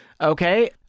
Okay